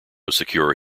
secure